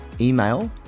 Email